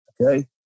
Okay